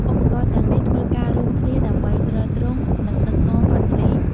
ឧបករណ៍ទាំងនេះធ្វើការរួមគ្នាដើម្បីទ្រទ្រង់ និងដឹកនាំបទភ្លេង។